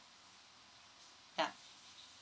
ya